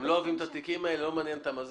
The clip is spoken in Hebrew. הם לא אוהבים את התיקים האלה וזה לא מעניין אותם.